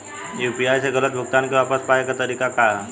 UPI से गलत भुगतान के वापस पाये के तरीका का ह?